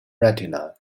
retina